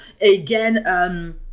Again